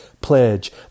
pledge